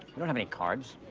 don't have any cards.